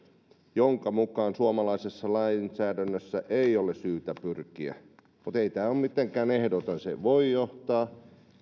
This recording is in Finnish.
jonka mukaan suomalaisessa lainsäädännössä ei ole syytä pyrkiä mutta ei tämä ole mitenkään ehdoton se voi johtaa